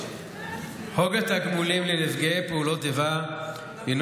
חוק התגמולים לנפגעי פעולות איבה הינו